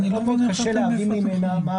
קודם כל קשה להבין ממנה מה